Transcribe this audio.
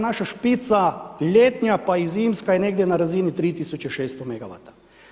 Naša špica ljetna pa i zimska je negdje na razini 3600 mega vata.